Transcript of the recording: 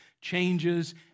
changes